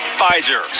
Pfizer